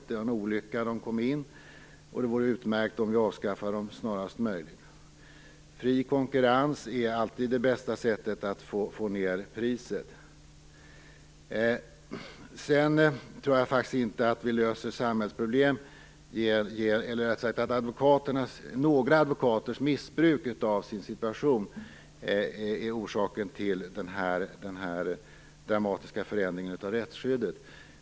Det var en olycka att de kom till och det vore utmärkt om vi avskaffade dem snarast möjligt. Fri konkurrens är alltid det bästa sättet att få ned priset. Jag tror inte att några advokaters missbruk av sin situation är orsaken till denna dramatiska förändring av rättsskyddet.